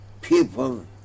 people